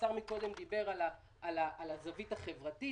השר דיבר על הזווית החברתית.